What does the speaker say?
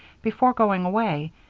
before going away,